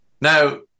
Now